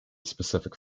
specific